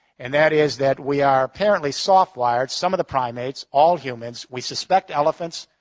and that is that we are apparently soft-wired, some of the primates, all humans, we suspect elephants,